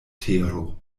tero